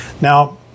Now